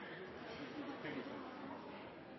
presidenten